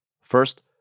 First